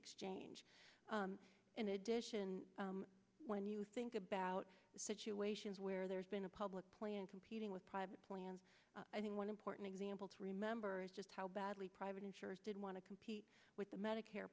exchange in addition when you think about situations where there's been a public plan competing with private plans i think one important example to remember is just how badly private insurers did want to compete with the medicare